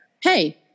hey